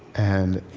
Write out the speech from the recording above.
and